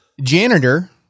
janitor